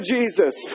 Jesus